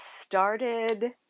started